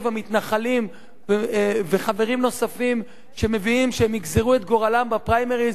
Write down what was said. המתנחלים וחברים נוספים שהם מבינים שהם יגזרו את גורלם בפריימריס.